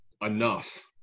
enough